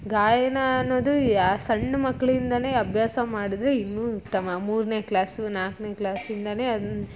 ಗಾಯನ ಅನ್ನೋದು ಯಾವ ಸಣ್ಣ ಮಕ್ಕಳಿಂದನೇ ಅಭ್ಯಾಸ ಮಾಡಿದರೆ ಇನ್ನೂ ಉತ್ತಮ ಮೂರನೇ ಕ್ಲಾಸು ನಾಲ್ಕನೇ ಕ್ಲಾಸಿಂದನೇ ಅದ್ನ